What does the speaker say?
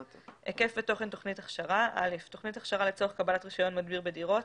"היקף ותוכן תוכנית הכשרה תוכנית הכשרה לצורך קבלת רישיון מדביר בדירות